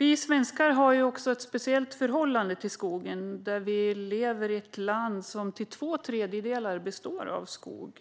Vi svenskar har ett speciellt förhållande till skogen. Vi lever i ett land som till två tredjedelar består av skog.